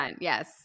Yes